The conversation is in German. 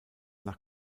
nach